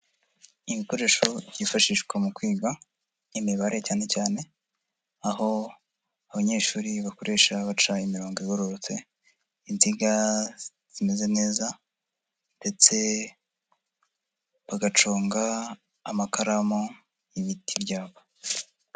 Ibikoresho byifashishwa mu kwiga Imibare cyane cyane aho abanyeshuri bakoresha baca imirongo igororotse, inziga zimeze neza ndetse bagaconga amakaramu y'ibiti byabo.